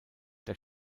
der